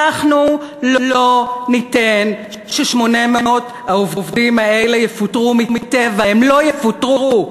אנחנו לא ניתן ש-800 העובדים האלה יפוטרו מ"טבע"; הם לא יפוטרו.